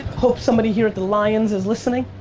hope somebody here at the lions is listening.